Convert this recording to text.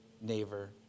neighbor